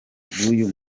bw’uyu